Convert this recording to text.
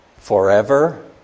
forever